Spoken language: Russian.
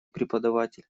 преподаватель